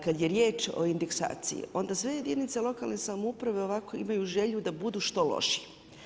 Kad je riječ o indeksaciji, onda sve jedinice lokalne samouprave ovako imaju želju da budu što lošiji.